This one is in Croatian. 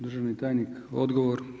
Državni tajnik, odgovor.